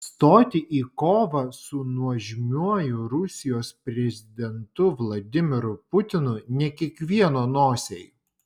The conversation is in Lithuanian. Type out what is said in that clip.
stoti į kovą su nuožmiuoju rusijos prezidentu vladimiru putinu ne kiekvieno nosiai